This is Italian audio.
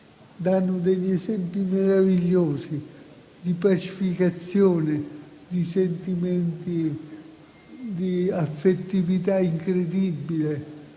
danno degli esempi meravigliosi di pacificazione, di sentimenti di affettività incredibile,